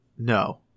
No